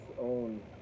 own